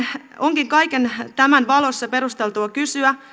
onkin kaiken tämän valossa perusteltua kysyä